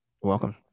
welcome